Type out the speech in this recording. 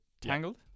Tangled